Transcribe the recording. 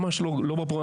ממש לא,